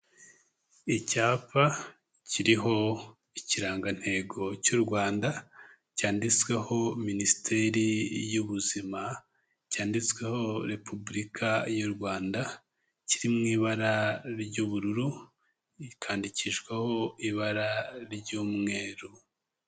Icyapa kiriho ikirangantego cy'u Rwanda, cyanditsweho Minisiteri y'Ubuzima, cyanditsweho Repubulika y'u Rwanda, kiri mu ibara ry'ubururu, rikandikishwaho ibara ry'umweru.